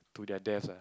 to their deaths ah